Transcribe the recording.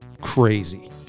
crazy